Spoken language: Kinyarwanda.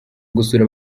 gusura